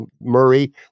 Murray